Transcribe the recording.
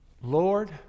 Lord